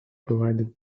provided